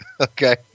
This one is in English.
Okay